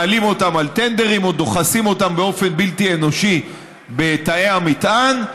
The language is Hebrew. מעלים אותם על טנדרים או דוחסים אותם באופן בלתי אנושי בתאי המטען,